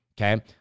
okay